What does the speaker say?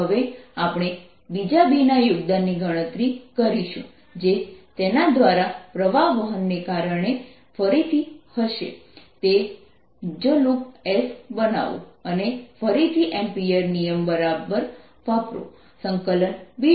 હવે આપણે બીજા B ના યોગદાનની ગણતરી કરીશું જે તેના દ્વારા પ્રવાહ વહન ને કારણે ફરીથી હશે ફરીથી તે જ લૂપ s બનાવો અને ફરીથી એમ્પીયર નિયમ બરાબર વાપરો B